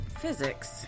physics